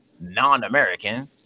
non-American